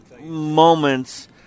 moments